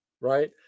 right